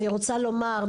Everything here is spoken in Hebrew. אני רוצה לומר,